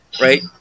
right